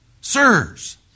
Sirs